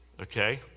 Okay